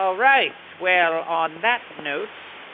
all right well, on that note.